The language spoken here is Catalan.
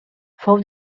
fou